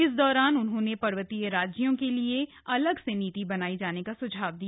इस दौरान उन्होंने पर्वतीय राज्यों के लिए अलग से नीति बनाई जाने का सुझाव दिया